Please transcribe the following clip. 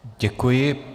Děkuji.